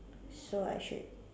so I should